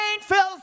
fills